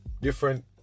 different